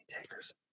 takers